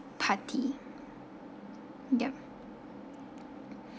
party yup